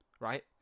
right